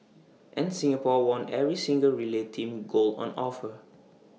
and Singapore won every single relay team gold on offer